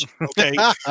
okay